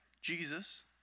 Jesus